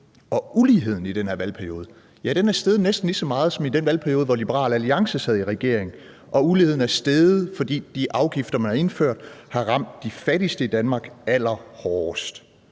Og uligheden i den her valgperiode er steget næsten lige så meget som i den valgperiode, hvor Liberal Alliance sad i regering – og uligheden er steget, fordi de afgifter, man har indført, har ramt de fattigste i Danmark allerhårdest.